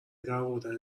درآوردن